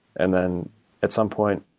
and then at some point,